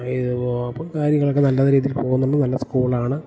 ഇത് അപ്പം കാര്യങ്ങളൊക്കെ നല്ല രീതിയിൽ പോകുന്നുണ്ട് നല്ല സ്കൂളാണ്